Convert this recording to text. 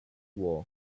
war